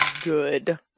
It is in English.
Good